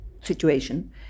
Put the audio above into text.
situation